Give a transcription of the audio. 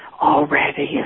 already